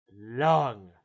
long